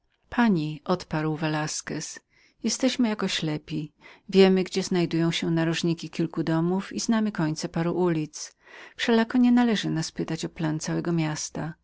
pani odparł velasquez jesteśmy jako ślepi którzy potykając się o rogi niektórych domów znają końce kilku ulic wszelako nie należy pytać ich o plan całego miasta